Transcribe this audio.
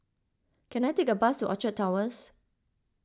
can I take a bus to Orchard Towers